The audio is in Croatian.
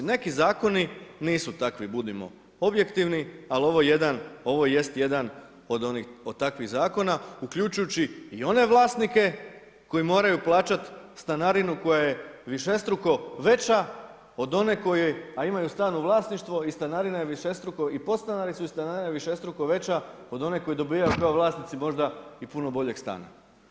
Neki zakoni nisu takvi budimo objektivni, ali ovo jest jedan od takvih zakona uključujući one vlasnike koji moraju plaćati stanarinu koja je višestruko veća od one koje a imaju stan u vlasništvu i stanarina je višestruko i podstanari i stanari, višestruko veća od one koje dobivaju upravo vlasnici možda i puno boljeg stana.